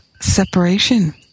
separation